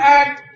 act